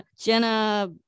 Jenna